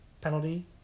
penalty